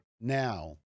now